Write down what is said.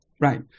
right